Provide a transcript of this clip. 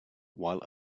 while